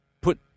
put